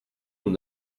nous